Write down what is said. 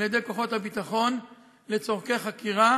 על-ידי כוחות הביטחון לצורכי חקירה